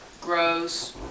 grows